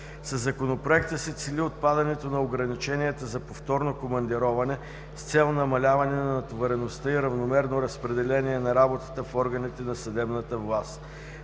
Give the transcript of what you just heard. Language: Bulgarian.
Със Законопроекта се цели отпадането на ограниченията за повторно командироване с цел намаляване на натовареността и равномерно разпределение на работата в органите на съдебната власт.